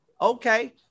okay